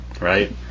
right